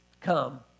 come